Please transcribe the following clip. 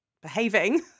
behaving